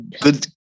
good